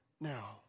now